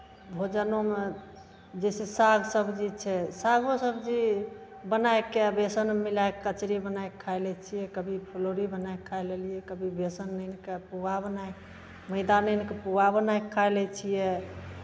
भोजनोमे जैसे साग सब्जी छै सागो सब्जी बनाए कऽ बेसनमे मिलाए कऽ कचड़ी बनाए कऽ खाए लै छियै कभी फुलौरी बनाए कऽ खाए लेलियै कभी बेसन आनि कऽ पुआ बनाए मैदा आनि कऽ पुआ बनाए कऽ खाए लै छियै